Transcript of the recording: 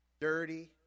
dirty